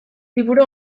liburu